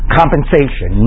compensation